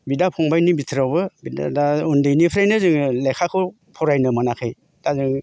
बिदा फंबायनि बिथोरावबो बिनो दा उन्दैनिफ्रायबो जोङो लेखाखौ फरायनो मोनाखै दा जों